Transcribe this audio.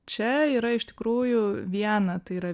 čia yra iš tikrųjų viena tai yra